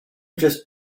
just